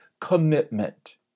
commitment